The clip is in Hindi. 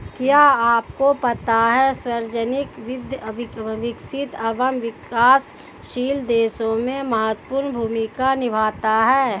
क्या आपको पता है सार्वजनिक वित्त, विकसित एवं विकासशील देशों में महत्वपूर्ण भूमिका निभाता है?